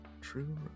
True